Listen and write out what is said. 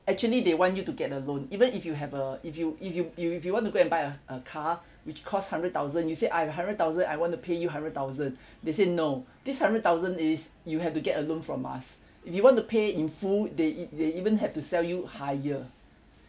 actually they want you to get a loan even if you have uh if you if you if you if you want to go and buy a a car which cost hundred thousand you say I have a hundred thousand I want to pay you hundred thousand they say no this hundred thousand is you have to get a loan from us if you want to pay in full they e~ they even have to sell you higher